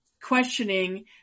questioning